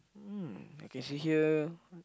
um I can see here